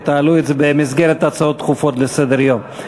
תעלו את זה במסגרת הצעות דחופות לסדר-היום.